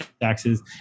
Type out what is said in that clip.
taxes